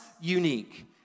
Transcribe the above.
unique